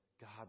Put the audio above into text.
God